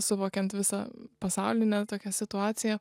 suvokiant visą pasaulinę tokią situaciją